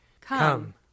Come